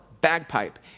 bagpipe